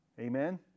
Amen